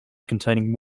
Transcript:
containing